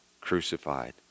crucified